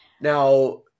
Now